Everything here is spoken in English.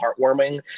heartwarming